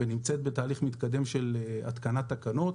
ונמצאת בתהליך מתקדם של התקנת תקנות.